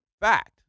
Fact